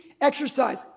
exercise